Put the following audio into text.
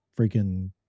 freaking